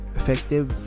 effective